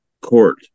court